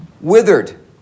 withered